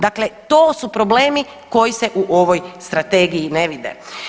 Dakle, to su problemi koji se u ovoj strategiji ne vide.